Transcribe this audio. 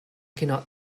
cannot